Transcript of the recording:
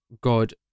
God